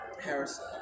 Harrison